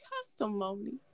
testimony